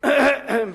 שקלים.